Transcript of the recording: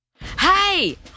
Hey